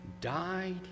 Died